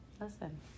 listen